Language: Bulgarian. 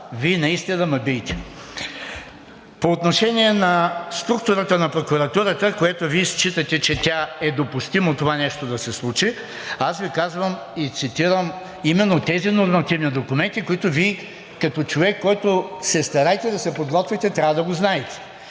Вие наистина ме биете. По отношение на структурата на прокуратурата, което Вие считате, че е допустимо това нещо да се случи. Аз Ви казвам и цитирам именно тези нормативни документи, които Вие като човек, който се стараете да се подготвите, трябва да го знаете.